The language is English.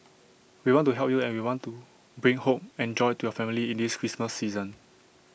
we want to help you and we want to bring hope and joy to your family in this Christmas season